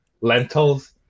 lentils